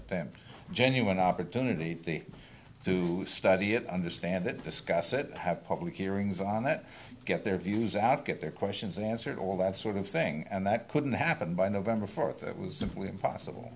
attempt genuine opportunity to study it understand that discuss it have public hearings on that get their views out get their questions answered all that sort of thing and that couldn't happen by november fourth that was simply impossible